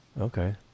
Okay